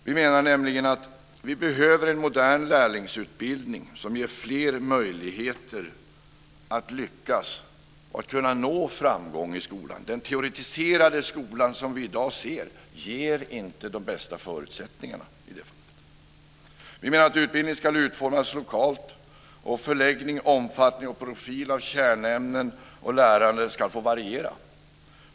Vi menar nämligen att vi behöver en modern lärlingsutbildning som ger fler möjligheter att lyckas och att nå framgång i skolan. Den teoretiserade skola som vi i dag ser ger inte de bästa förutsättningarna i det fallet. Vi menar att utbildningen ska utformas lokalt. Förläggning och omfattning och profil av kärnämnen och lärande ska få variera.